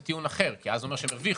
זה טיעון אחר כי אז זה אומר שהם הרוויחו.